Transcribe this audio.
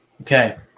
Okay